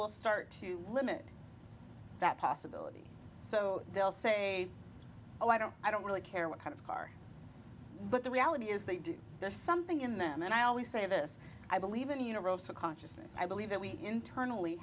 will start to limit that possibility so they'll say oh i don't i don't really care what kind of car but the reality is they do there's something in them and i always say this i believe in universal consciousness i believe that we internally